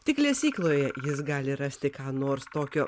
tik lesykloje jis gali rasti ką nors tokio